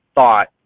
thought